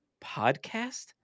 podcast